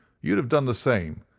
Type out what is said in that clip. you'd have done the same,